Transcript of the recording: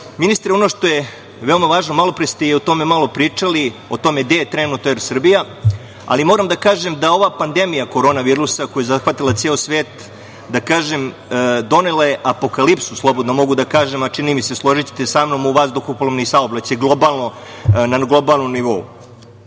apsekta. Ono što je veoma važno, malo pre ste i o tome malo pričali, o tome gde je trenutno „Er Srbija“, ali moram da kažem da je ova pandemija korona virusa, koja je zahvatila ceo svet, donela apokalipsu, slobodno mogu da kažem, a čini mi se, složiće te se sa mnom, u vazduhoplovnom saobraćaju na globalnom nivou.